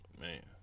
Man